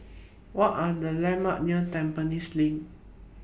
What Are The landmarks near Tampines LINK